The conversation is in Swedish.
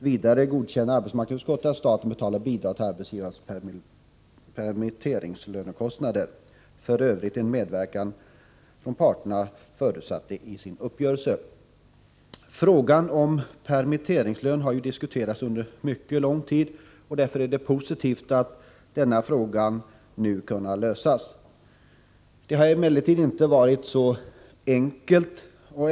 Vidare godkänner arbetsmarknadsutskottet att staten betalar bidrag till arbetsgivarnas permitteringslönekostnader, f. ö. en medverkan som parterna förutsatte i sin uppgörelse. Frågan om permitteringslön har ju diskuterats under mycket lång tid, och därför är det positivt att denna fråga nu kunnat lösas. Det har emellertid inte varit så enkelt.